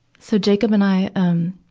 so jacob and i, um,